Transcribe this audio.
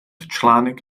článek